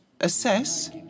assess